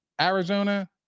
Arizona –